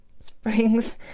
Spring's